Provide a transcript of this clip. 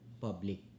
public